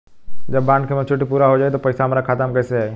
जब बॉन्ड के मेचूरिटि पूरा हो जायी त पईसा हमरा खाता मे कैसे आई?